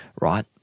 right